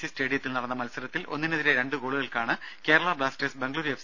C സ്റ്റേഡിയത്തിൽ നടന്ന മൽസരത്തിൽ ഒന്നിനെതിരെ രണ്ട് ഗോളുകൾക്കാണ് കേരള ബ്ലാസ്റ്റേഴ്സ് ബാംഗ്ലൂരു എഫ്